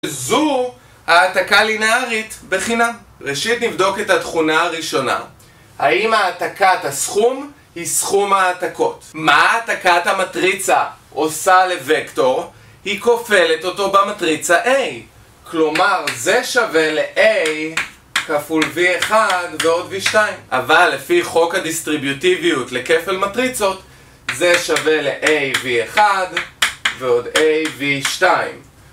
וזו העתקה לינארית בחינם. ראשית נבדוק את התכונה הראשונה. האם העתקת הסכום היא סכום ההעתקות? מה העתקת המטריצה עושה לוקטור? היא כופלת אותו במטריצה A. כלומר זה שווה ל-A כפול V1 ועוד V2. אבל לפי חוק הדיסטריביטיביות לכפל מטריצות, זה שווה ל-A V1 ועוד A V2.